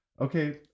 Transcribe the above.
okay